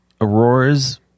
Aurora's